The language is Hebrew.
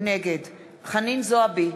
נגד חנין זועבי,